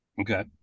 Okay